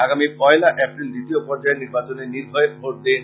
আগামী পয়লা এপ্রিল দ্বিতীয় পর্যায়ের নির্বাচনে নির্ভয়ে ভোট দিন